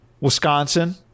Wisconsin